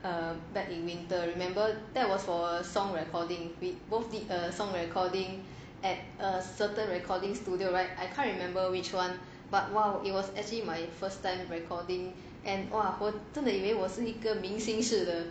err back in winter remember that was for a song recording we both did a sound recording at a certain recording studio right I can't remember which one but !wow! it was actually my first time recording and !wow! 我真的以为我是一个明星似的